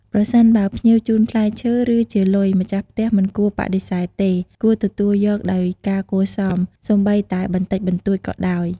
ប្រសិនបើភ្ញៀវជូនផ្លែឈើ ឬ ជាលុយ ម្ចាស់ផ្ទះមិនគួរបដិសេធទេ គួរទទួលយកដោយការគួរសម សូម្បីតែបន្តិចបន្តួចក៏ដោយ។